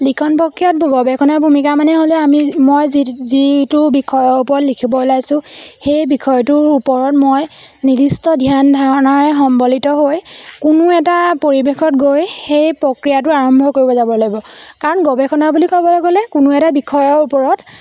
লিখন প্ৰক্ৰিয়াত গৱেষণৰ ভূমিকা মানে হ'লে আমি মই যি যিটো বিষয়ৰ ওপৰত লিখিব ওলাইছোঁ সেই বিষয়টোৰ ওপৰত মই নিৰ্দিষ্ট ধ্যান ধাৰণাৰে সম্বলিত হৈ কোনো এটা পৰিৱেশত গৈ সেই প্ৰক্ৰিয়াটো আৰম্ভ কৰিব যাব লাগিব কাৰণ গৱেষণা বুলি ক'বলৈ গ'লে কোনো এটা বিষয়ৰ ওপৰত